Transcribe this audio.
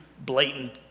blatant